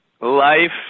life